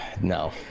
no